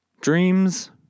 Dreams